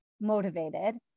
motivated